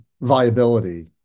viability